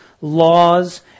laws